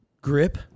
grip